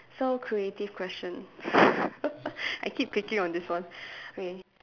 so creative question I keep clicking on this one okay